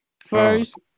First